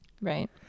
Right